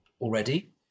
already